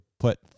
put